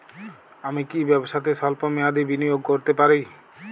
আমি কি ব্যবসাতে স্বল্প মেয়াদি বিনিয়োগ করতে পারি?